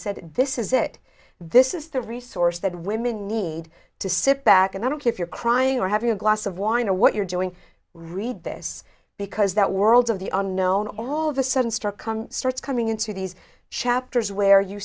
said this is it this is the resource that women need to sit back and i don't care if you're crying or having a glass of wine or what you're doing read this because that world of the unknown all of a sudden start coming starts coming into these chapters where you